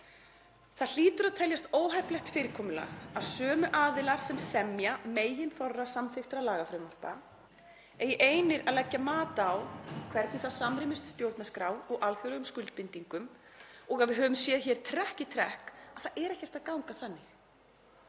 Það hlýtur að teljast óheppilegt fyrirkomulag að sömu aðilar og semja meginþorra samþykktra lagafrumvarpa eigi einir að leggja mat á hvernig það samrýmist stjórnarskrá og alþjóðlegum skuldbindingum og við höfum séð hér trekk í trekk að það er ekkert að ganga þannig.